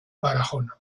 barahona